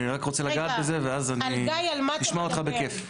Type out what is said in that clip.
אני רק רוצה לגעת בזה ואז אני אשמע אותך בכיף.